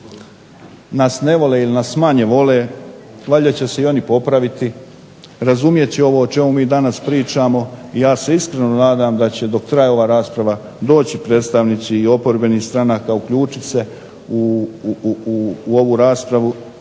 nas ne vole ili nas manje vole valjda će se i oni popraviti, razumjet će ono o čemu mi danas pričamo i ja se iskreno nadam da će do kraja ova rasprava doći i predstavnici oporbenih stranaka, uključiti se u ovu raspravu